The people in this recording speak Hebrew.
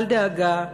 אל דאגה,